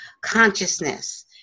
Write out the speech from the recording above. consciousness